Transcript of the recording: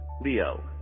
Leo